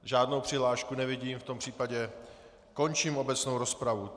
Žádnou přihlášku nevidím, v tom případě končím obecnou rozpravu.